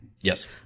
Yes